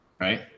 right